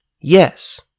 yes